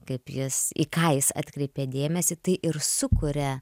kaip jis į ką jis atkreipė dėmesį tai ir sukuria